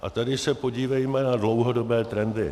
A tady se podívejme na dlouhodobé trendy.